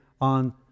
on